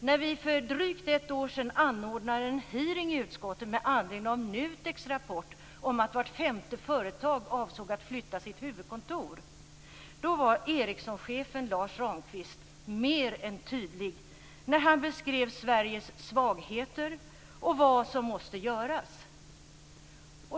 När vi för drygt ett år sedan anordnade en hearing i utskottet med anledning av NUTEK:s rapport om att vart femte företag avsåg att flytta sitt huvudkontor var Ericssonchefen Lars Ramqvist mer än tydlig när han beskrev Sveriges svagheter och vad som måste göras.